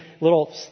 little